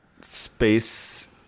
space